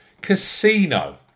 casino